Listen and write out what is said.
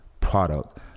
product